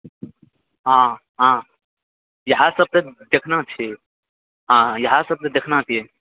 हँ हँ इहा सब तऽ देखना छी हँ इहा सब तऽ देखना छी